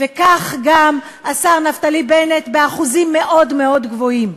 וכך גם השר נפתלי בנט באחוזים מאוד גבוהים.